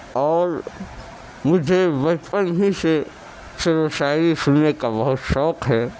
اور مجھے بچپن ہی سے شعر و شاعری سننے کا بہت شوق ہے